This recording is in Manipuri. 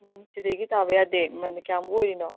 ꯎꯝ ꯁꯤꯗꯒꯤ ꯇꯥꯕ ꯌꯥꯗꯦ ꯃꯃꯟꯅ ꯀꯌꯥꯃꯨꯛ ꯑꯣꯏꯔꯤꯅꯣ